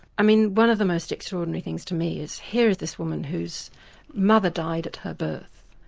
i mean one of the most extraordinary things to me is here is this woman whose mother died at her birth.